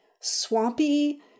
swampy